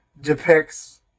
depicts